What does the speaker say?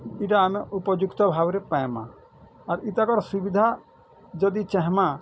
ଇଟା ଆମେ ଉପଯୁକ୍ତ ଭାବରେ ପାଏଁମା ବାକି ତାର୍ ସୁବିଧା ଯଦି ଚାହେଁମା